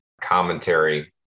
commentary